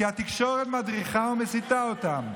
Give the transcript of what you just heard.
כי התקשורת מדריכה ומסיתה אותם.